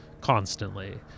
constantly